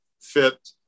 fit